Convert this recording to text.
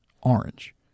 orange